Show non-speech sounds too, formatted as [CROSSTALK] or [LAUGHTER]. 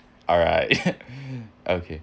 alright [LAUGHS] okay